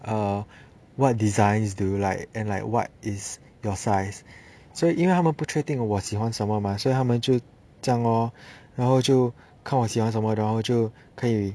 uh what designs do you like and like what is your size 所以因为他们不确定我喜欢什么 mah 所以他们就这样 lor 然后就看我喜欢什么然后就可以